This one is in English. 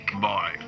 Boy